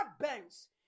banks